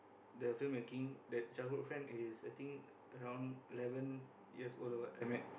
the film making that childhood friend is I think around eleven years old or what I met